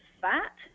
fat